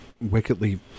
wickedly